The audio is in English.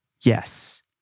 yes